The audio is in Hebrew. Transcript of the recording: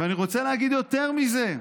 ואני רוצה להגיד יותר מזה,